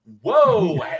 Whoa